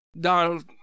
Donald